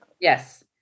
yes